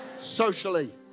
socially